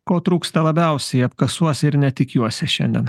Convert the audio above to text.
ko trūksta labiausiai apkasuose ir ne tik juose šiandien